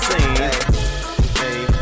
Hey